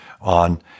on